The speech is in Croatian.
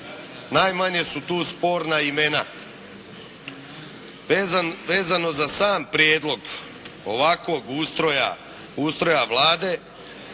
Najmanje su tu sporna imena vezano za sam prijedlog ovakvog ustroja,